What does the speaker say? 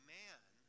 man